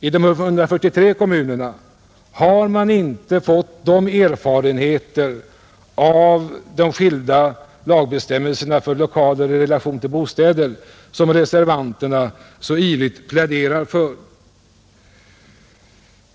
I de 143 kommunerna har man inte fått de erfarenheter av de skilda lagbestämmelserna för lokaler i relation till bostäder som reservanterna så ivrigt målar ut.